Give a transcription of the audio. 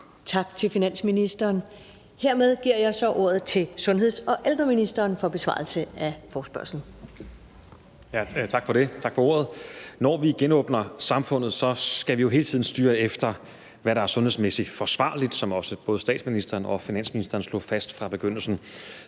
Tak til finansministeren. Hermed giver jeg så ordet til sundheds- og ældreministeren for besvarelse af forespørgslen. Kl. 14:01 Sundheds- og ældreministeren (Magnus Heunicke): Tak for ordet. Når vi genåbner samfundet, skal vi jo hele tiden styre efter, hvad der er sundhedsmæssigt forsvarligt, som også både statsministeren og finansministeren slog fast fra begyndelsen.